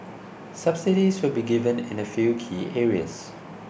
subsidies will be given in a few key areas